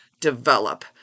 develop